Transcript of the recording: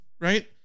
right